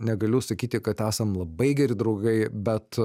negaliu sakyti kad esam labai geri draugai bet